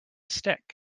stick